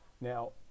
Now